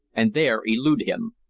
and there elude him.